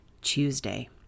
Tuesday